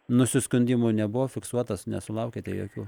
nusiskundimų nebuvo fiksuotas nesulaukiate jokių